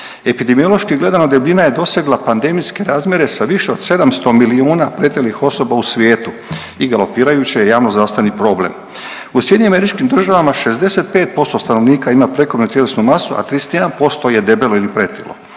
Epidemiološki gledano debljina je dosegla pandemijske razmjere sa više od 700 milijuna pretilih osoba u svijetu i galopirajuće je javnozdravstveni problem. U SAD-u 65% stanovnika ima prekomjernu tjelesnu masu, a 31% je debelo ili pretilo.